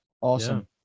Awesome